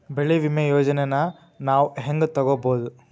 ಬೆಳಿ ವಿಮೆ ಯೋಜನೆನ ನಾವ್ ಹೆಂಗ್ ತೊಗೊಬೋದ್?